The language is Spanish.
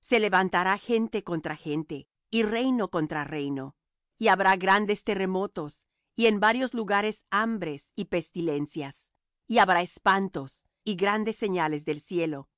se levantará gente contra gente y reino contra reino y habrá grandes terremotos y en varios lugares hambres y pestilencias y habrá espantos y grandes señales del cielo